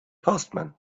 postman